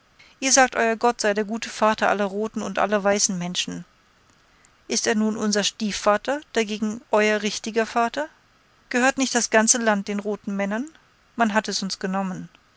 ihr sagt euer gott sei der gute vater aller roten und aller weißen menschen ist er nun unser stiefvater dagegen euer richtiger vater gehörte nicht das ganze land den roten männern man hat es uns genommen